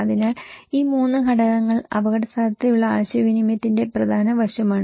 അതിനാൽ ഈ 3 ഘടകങ്ങൾ അപകടസാധ്യതയുള്ള ആശയവിനിമയത്തിന്റെ പ്രധാന വശമാണ്